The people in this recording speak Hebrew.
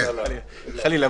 חלילה.